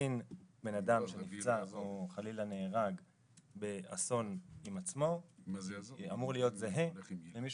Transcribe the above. דין בן אדם שנפצע או חלילה נהרג באסון עם עצמו אמור להיות זהה למישהו